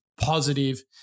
positive